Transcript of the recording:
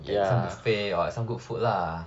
ya get some buffet or some good food lah